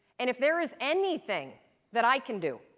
and if there is anything that i can do,